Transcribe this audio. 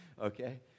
okay